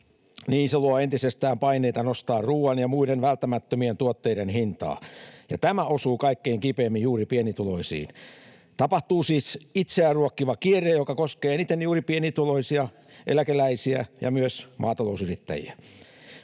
se luo entisestään paineita nostaa ruoan ja muiden välttämättömien tuotteiden hintaa, ja tämä osuu kaikkein kipeimmin juuri pienituloisiin. Tapahtuu siis itseään ruokkiva kierre, joka koskee eniten juuri pienituloisia, eläkeläisiä ja myös maatalousyrittäjiä.